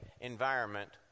environment